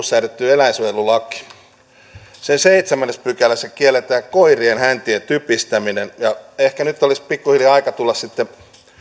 säädetty eläinsuojelulaki sen seitsemännessä pykälässä kielletään koirien häntien typistäminen ja ehkä nyt olisi pikkuhiljaa aika tulla sitten